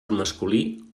masculí